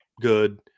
good